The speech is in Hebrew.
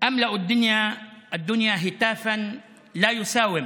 אמלא את העולם בקריאות ללא פשרה: